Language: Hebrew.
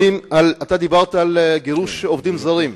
דיברת על גירוש עובדים זרים,